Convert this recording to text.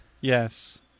Yes